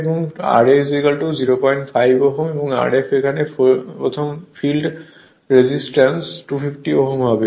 এবং ra 05 Ω এবং Rf এখানে ফিল্ড রেজিস্ট্যান্স 250 Ω হবে